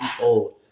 old